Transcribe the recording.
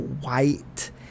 white